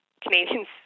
Canadians